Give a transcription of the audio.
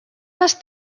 les